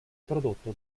prodotto